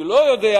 אני לא יודע,